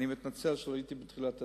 אני מתנצל שלא הייתי בתחילת הדיון.